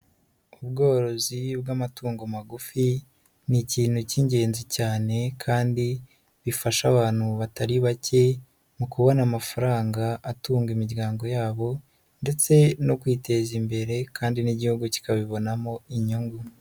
Ubworozi bw'amatungo magufi ni ikintu cy'ingenzi cyane kandi bifasha abantu batari bake, mu kubona amafaranga atunga imiryango yabo ndetse no kwiteza imbere kandi n'Igihugu kikabibonamo inyungu.